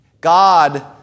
God